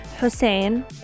Hussein